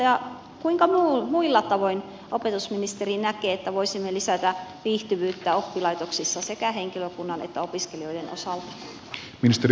ja kuinka muilla tavoin opetusministeri näkee voisimme lisätä viihtyvyyttä oppilaitoksissa sekä henkilökunnan että opiskelijoiden osalta